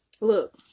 Look